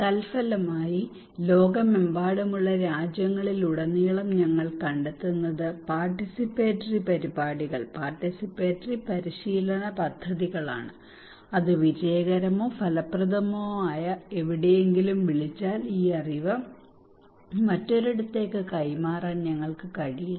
തൽഫലമായി ലോകമെമ്പാടുമുള്ള രാജ്യങ്ങളിൽ ഉടനീളം ഞങ്ങൾ കണ്ടെത്തുന്നത് പാർട്ടിസിപ്പേറ്ററി പരിപാടികൾ പാർട്ടിസിപ്പേറ്ററി പരിശീലന പദ്ധതികളാണ് അത് വിജയകരമോ ഫലപ്രദമോ ആയ എവിടെയെങ്കിലും വിളിച്ചാൽ ഈ അറിവ് മറ്റൊരിടത്തേക്ക് കൈമാറാൻ ഞങ്ങൾക്ക് കഴിയില്ല